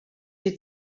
die